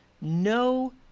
no